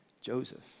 Joseph